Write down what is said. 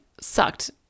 sucked